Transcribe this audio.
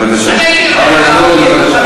ואני חוזר ואומר,